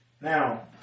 now